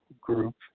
group